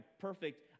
perfect